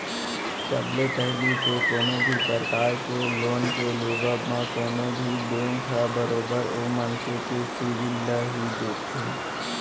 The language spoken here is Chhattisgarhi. सब ले पहिली तो कोनो भी परकार के लोन के लेबव म कोनो भी बेंक ह बरोबर ओ मनसे के सिविल ल ही देखथे